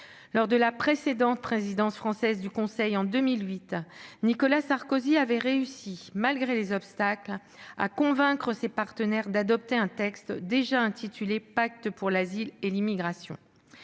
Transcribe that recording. Lors de la précédente présidence française du Conseil, en 2008, Nicolas Sarkozy avait réussi, malgré les obstacles, à convaincre ses partenaires d'adopter un texte déjà intitulé « pacte sur l'immigration et